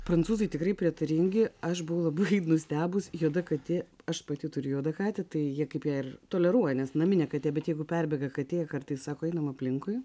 prancūzai tikrai prietaringi aš buvau labai nustebus juoda katė aš pati turiu juodą katę tai jie kaip ir toleruoja nes naminė katė bet jeigu perbėga katė kartais sako einam aplinkui